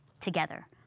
together